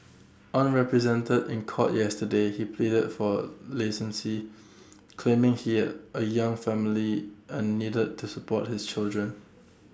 unrepresented in court yesterday he pleaded for claiming here A young family and needed to support his children